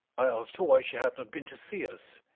i asked her why she had not been to see us.